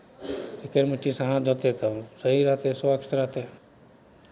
चिक्कन मिट्टीसँ हाथ धोतै तऽ सही रहतै स्वच्छ रहतै